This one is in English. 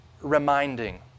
reminding